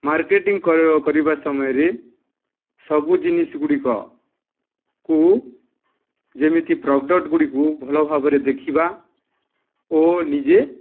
marketing କରିବା ସମୟରେ ସବୁ ଜିନିଷ ଗୁଡ଼ିକକୁୁ ଯେମିତି ପ୍ରଡକ୍ଟ୍ଗୁଡ଼ିକୁ ଭଲଭାବରେ ଦେଖିବା ଓ ନିଜେ